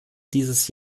dieses